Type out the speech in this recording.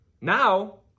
Now